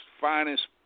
finest